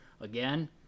again